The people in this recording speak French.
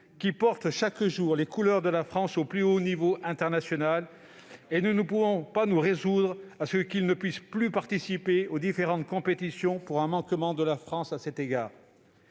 qui portent chaque jour les couleurs de la France au plus haut niveau international. Nous ne pouvons pas nous résoudre à ce qu'ils ne puissent plus participer aux différentes compétitions en raison d'un manquement de la France. De